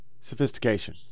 sophistication